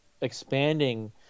expanding